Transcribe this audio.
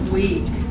week